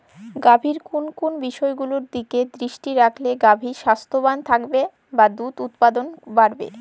গাভীর কোন কোন বিষয়গুলোর দিকে দৃষ্টি রাখলে গাভী স্বাস্থ্যবান থাকবে বা দুধ উৎপাদন বাড়বে?